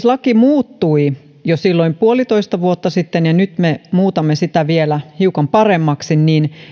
laki muuttui jo silloin puolitoista vuotta sitten ja nyt me muutamme sitä vielä hiukan paremmaksi niin